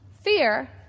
Fear